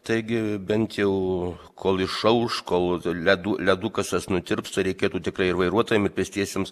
taigi bent jau kol išauš kol ledų ledukas nutirpsta reikėtų tikrai ir vairuotojams ir pėstiesiems